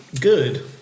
good